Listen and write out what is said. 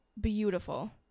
beautiful